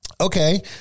Okay